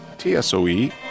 T-S-O-E